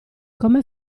come